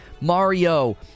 Mario